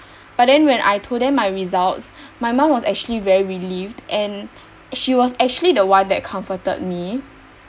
but then when I told them my results my mum was actually very relieved and she was actually the one that comforted me